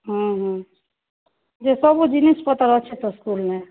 ହଁ ହଁ ଯେ ସବୁ ଜିନିଷ୍ ପତର୍ ଅଛି ତ ସ୍କୁଲ୍ନେ